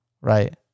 right